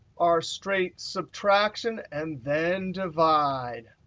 are straight subtraction and then divide.